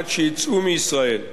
עד שיצאו מישראל.